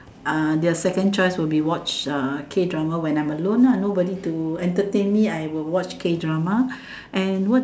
ah their second choice will be watch uh K drama when I'm alone lah nobody to entertain me I will watch K drama and what